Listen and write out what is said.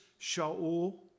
Shaul